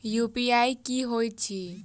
UPI की होइत अछि